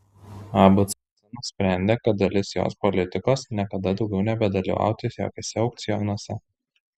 abc nusprendė kad dalis jos politikos niekada daugiau nebedalyvauti jokiuose aukcionuose